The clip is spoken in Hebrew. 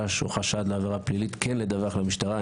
או חשד לעבירה פלילית כן לדווח למשטרה.